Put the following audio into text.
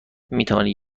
میتوانید